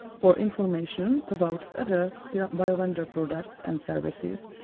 for information about other biovendor products and services,